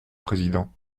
président